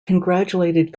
congratulated